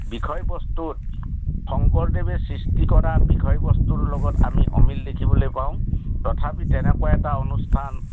বিষয়বস্তুত শংকৰদেৱে সৃষ্টি কৰা বিষয়বস্তুৰ লগত আমি অমিল দেখিবলৈ পাওঁ তথাপি তেনেকুৱা এটা অনুষ্ঠান